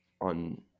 On